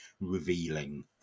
revealing